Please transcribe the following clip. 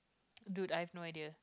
dude I have no idea